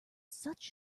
such